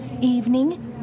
evening